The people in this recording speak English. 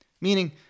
meaning